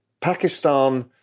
Pakistan